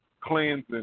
cleansing